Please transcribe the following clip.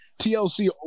TLC